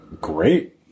Great